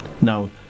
now